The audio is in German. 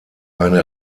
eine